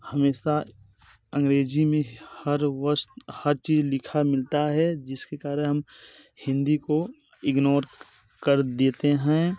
हमेशा अंग्रेज़ी में हर वक़्त हर चीज़ लिखा मिलता है जिसके कारण हम हिन्दी को इग्नोर कर देते हैं